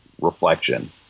reflection